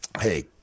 Hey